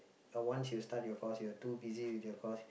uh once you start your course you are too busy with your course